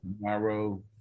tomorrow